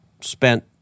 spent